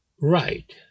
right